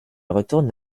retourne